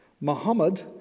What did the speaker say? muhammad